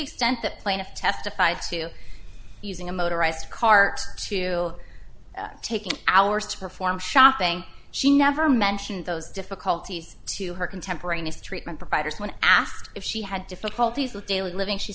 extent that plaintiff testified to using a motorized cart to taking hours to perform shopping she never mentioned those difficulties to her contemporaneous treatment providers when asked if she had difficulties with daily living she